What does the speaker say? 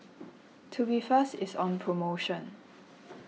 Tubifast is on promotion